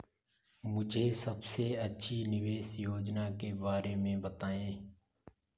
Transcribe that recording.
मुझे सबसे अच्छी निवेश योजना के बारे में बताएँ?